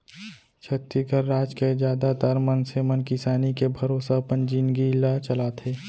छत्तीसगढ़ राज के जादातर मनसे मन किसानी के भरोसा अपन जिनगी ल चलाथे